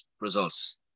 results